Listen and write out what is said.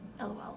lol